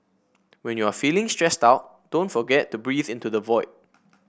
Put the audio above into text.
when you are feeling stressed out don't forget to breathe into the void